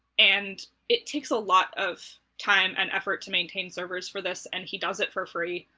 and it takes a lot of time and effort to maintain servers for this and he does it for free.